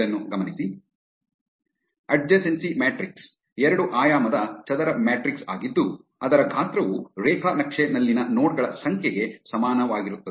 adjacency matrix ಎರಡು ಆಯಾಮದ ಚದರ ಮ್ಯಾಟ್ರಿಕ್ಸ್ ಆಗಿದ್ದು ಅದರ ಗಾತ್ರವು ರೇಖಾ ನಕ್ಷೆನಲ್ಲಿನ ನೋಡ್ ಗಳ ಸಂಖ್ಯೆಗೆ ಸಮಾನವಾಗಿರುತ್ತದೆ